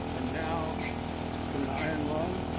and now to and iron lung?